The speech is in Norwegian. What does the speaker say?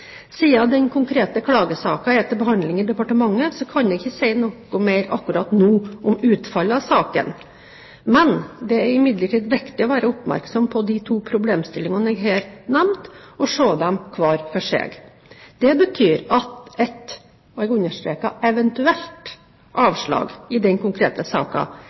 den konkrete klagesaken er til behandling i departementet, kan jeg ikke si noe mer akkurat nå om utfallet av saken. Det er imidlertid viktig å være oppmerksom på de to problemstillingene jeg her nevnte, og se disse hver for seg. Det betyr at et eventuelt – og jeg understreker eventuelt – avslag i den konkrete